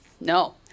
no